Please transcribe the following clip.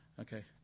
Okay